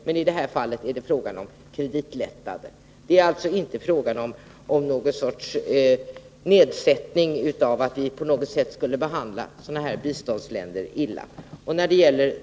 Men i det här fallet är det fråga om kreditlättnader och alltså inte om nedsättning eller om att vi på något sätt skulle behandla våra biståndsländer illa.